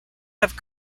have